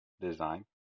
design